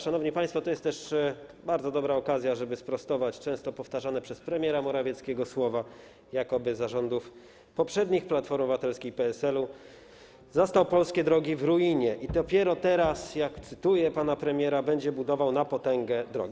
Szanowni państwo, to jest też bardzo dobra okazja, żeby sprostować często powtarzane przez premiera Morawieckiego słowa, jakoby po rządach poprzednich, Platformy Obywatelskiej i PSL-u, zastał polskie drogi w ruinie i dopiero teraz, cytuję pana premiera, będzie budował na potęgę drogi.